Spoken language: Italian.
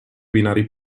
binari